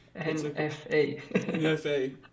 NFA